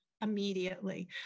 immediately